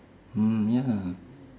mm ya